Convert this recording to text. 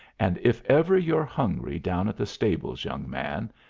and if ever you're hungry down at the stables, young man,